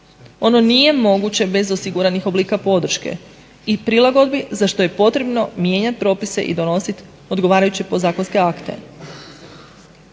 Ono nije moguće bez osiguranih oblika podrške i prilagodbi za što je potrebno mijenjati propise i donositi odgovarajuće podzakonske akte.